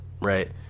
Right